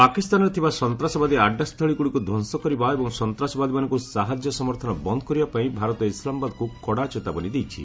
ପାକିସ୍ତାନରେ ଥିବା ସନ୍ତାସବାଦୀ ଆଡ୍ରା ସ୍ଥଳୀଗୁଡ଼ିକୁ ଧ୍ୱଂସ କରିବା ଏବଂ ସନ୍ତାସବାଦୀମାନଙ୍କୁ ସାହାଯ୍ୟ ସମର୍ଥନ ବନ୍ଦ କରିବା ପାଇଁ ଭାରତ ଇସଲାମାବାଦକୁ କଡ଼ା ଚେତାବନୀ ଦେଇଛି